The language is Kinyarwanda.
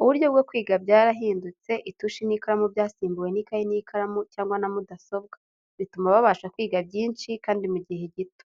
Uburyo bwo kwiga byarahindutse, itushi n'ikaramu byasimbuwe n'ikayi n'ikaramu cyangwa na mudasobwa, bituma babasha kwiga byinshi, kandi mu gihe gito.